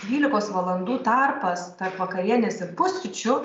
dvylikos valandų tarpas tarp vakarienės ir pusryčių